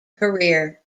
career